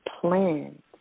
plans